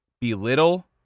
belittle